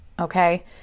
okay